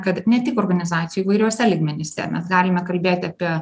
kad ne tik organizacijų įvairiuose lygmenyse mes galime kalbėti apie